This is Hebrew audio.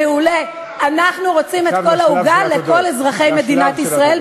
את כל העוגה אתם רוצים, את כל העוגה.